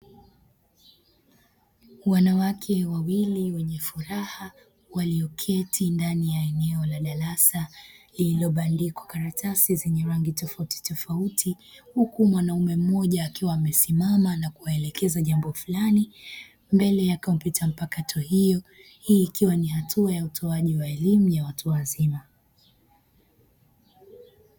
Wanawake wawili wenye furaha walioketi ndani ya eneo la darasa lililobandikwa karatasi zenye rangi tofautitofauti huku mwanaume mmoja akiwa amesimama na kuwaelekeza jambo fulani mbele ya kompyuta mpakato hiyo, hii ikiwa ni hatua ya utoaji wa elimu ya watu wazima.